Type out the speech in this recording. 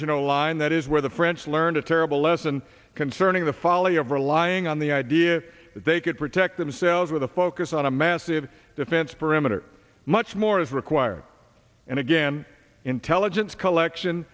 no line that is where the french learned a terrible lesson concerning the folly of relying on the idea that they could protect themselves with a focus on a massive defense perimeter much more is required and again intelligence collection